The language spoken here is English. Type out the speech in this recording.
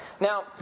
Now